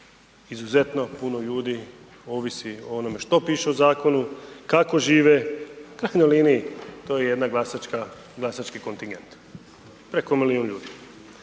izuzetno puno ljudi ovisi o onome što piše u zakonu, kako žive, u krajnjoj liniji, to je jedan glasački kontingent, preko milijun ljudi.